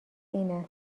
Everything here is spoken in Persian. اینه